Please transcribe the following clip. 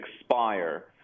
expire